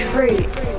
Fruits